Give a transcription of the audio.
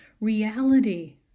reality